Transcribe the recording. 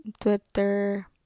Twitter